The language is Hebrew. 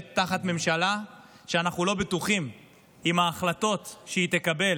תחת ממשלה שאנחנו לא בטוחים אם ההחלטות שהיא תקבל